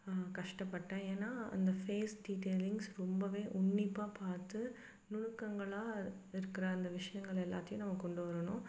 கஷ்டபட்டேன் ஏன்னா அந்த face detailings ரொம்பவே உன்னிப்பாக பார்த்து நுணுக்கங்களாக இருக்கிற அந்த விஷயங்கள் எல்லாத்தையும் நம்ம கொண்டு வரணும்